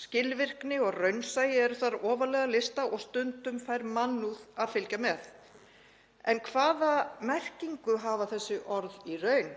Skilvirkni og raunsæi eru þar ofarlega á lista og stundum fær mannúð að fylgja með. En hvaða merkingu hafa þessi orð í raun?